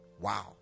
Wow